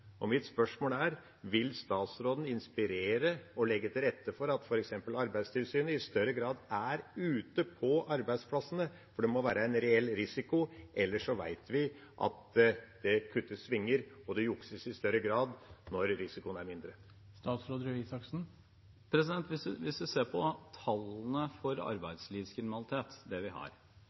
Mitt spørsmål er: Vil statsråden inspirere og legge til rette for at f.eks. Arbeidstilsynet i større grad er ute på arbeidsplassene? Det må være en reell risiko, for vi vet at det kuttes svinger og jukses i større grad når risikoen er mindre. Hvis vi ser på tallene for arbeidslivskriminalitet, er det